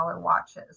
watches